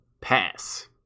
Pass